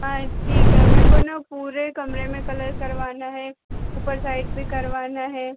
हाँ ठीक है मेरे को न पूरे कमरे में कलर करवाना है ऊपर साइड भी करवाना है